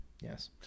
Yes